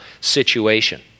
situation